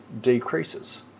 decreases